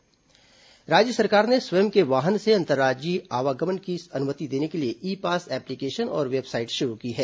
corona e pass राज्य सरकार ने स्वयं के वाहन से अंतर्राज्यीय आवागमन की अनुमति देने के लिए ई पास एप्लीकेशन और वेबसाइट शुरू की है